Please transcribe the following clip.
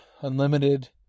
Unlimited